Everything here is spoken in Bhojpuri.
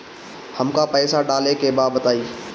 हमका पइसा डाले के बा बताई